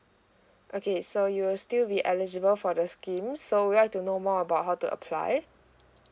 okay so you will still be eligible for the schemes so want to know more about how to apply